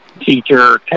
teacher